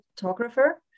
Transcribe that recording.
photographer